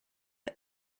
for